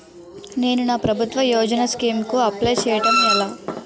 నేను నా ప్రభుత్వ యోజన స్కీం కు అప్లై చేయడం ఎలా?